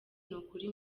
nukuri